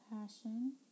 Passion